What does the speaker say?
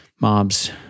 mobs